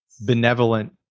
benevolent